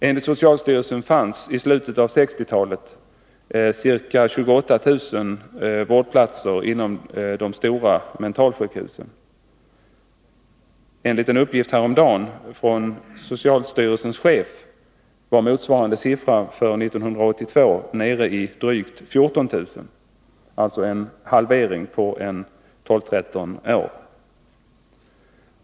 Enligt socialstyrelsen fanns i slutet av 1960-talet ca 28 000 vårdplatser inom de stora mentalsjukhusen. Enligt en uppgift häromdagen från socialstyrelsens chef var motsvarande siffra för 1982 nere i drygt 14 000, alltså en halvering på 12-13 år.